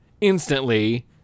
instantly